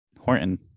Horton